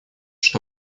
что